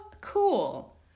cool